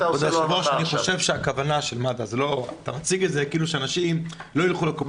אתה מציג כאילו אנשים לא ילכו לקופת החולים.